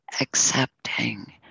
accepting